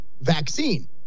vaccine